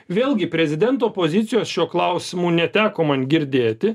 vėlgi prezidento pozicijos šiuo klausimu neteko man girdėti